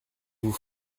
vous